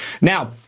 now